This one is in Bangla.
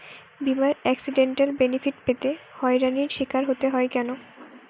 বিমার এক্সিডেন্টাল বেনিফিট পেতে হয়রানির স্বীকার হতে হয় কেন?